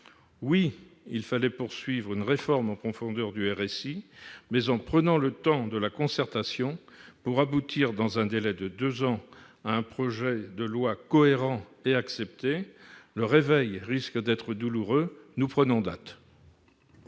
Oui, il fallait poursuivre une réforme en profondeur du RSI, mais en prenant le temps de la concertation pour aboutir dans un délai de deux ans à un projet de loi cohérent et accepté. Le réveil risque d'être douloureux. Nous prenons date.